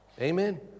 Amen